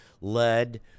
lead